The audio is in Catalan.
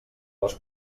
les